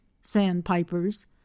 sandpipers